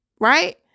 Right